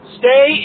stay